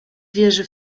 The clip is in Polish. wierzy